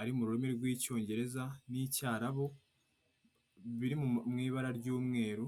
ari mu rurimi rw'icyongereza n'icyarabu biri mu ibara ry'umweru.